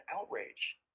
outrage